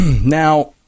now